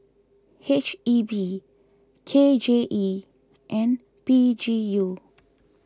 H E B K J E and P G U